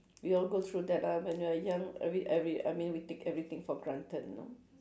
we all go through that ah when we are young every every I mean we take everything for granted you know